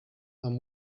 and